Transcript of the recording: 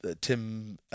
Tim